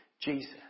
Jesus